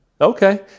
Okay